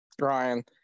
Ryan